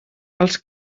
els